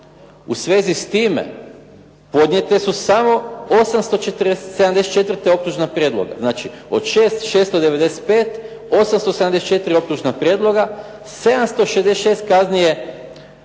u svezi s time, podnijete su samo 874 ta optužna prijedloga. Znači, od 6695, 874 optužna prijedloga, 766 kazni je